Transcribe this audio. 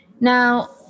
now